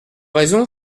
raison